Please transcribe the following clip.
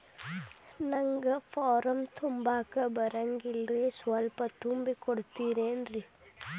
ನಂಗ ಫಾರಂ ತುಂಬಾಕ ಬರಂಗಿಲ್ರಿ ಸ್ವಲ್ಪ ತುಂಬಿ ಕೊಡ್ತಿರೇನ್ರಿ?